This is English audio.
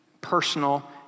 personal